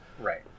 Right